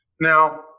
Now